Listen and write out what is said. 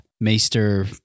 Maester